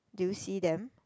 do you see them